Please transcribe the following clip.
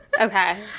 Okay